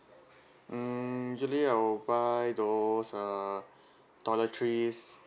mm usually I will buy those uh toiletries